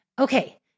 Okay